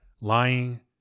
Lying